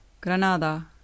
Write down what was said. Granada